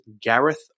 Gareth